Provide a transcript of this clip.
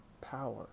power